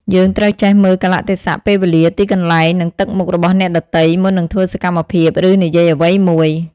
យើងត្រូវចេះមើលកាលៈទេសៈ ពេលវេលា ទីកន្លែង និងទឹកមុខរបស់អ្នកដទៃ មុននឹងធ្វើសកម្មភាព ឬនិយាយអ្វីមួយ។